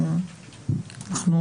תודה.